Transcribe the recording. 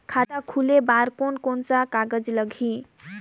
खाता खुले बार कोन कोन सा कागज़ लगही?